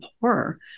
horror